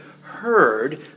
heard